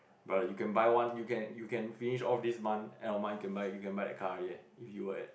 brother you can buy one you can you can finish off this month end of month you can buy you can buy that car already if you were at